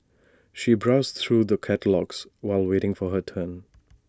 she browsed through the catalogues while waiting for her turn